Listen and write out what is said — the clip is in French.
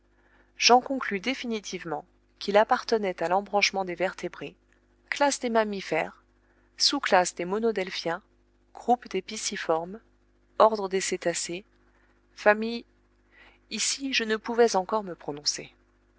j'en conclus définitivement qu'il appartenait à l'embranchement des vertébrés classe des mammifères sous classe des monodelphiens groupe des pisciformes ordre des cétacés famille ici je ne pouvais encore me prononcer